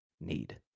need